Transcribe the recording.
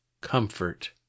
comfort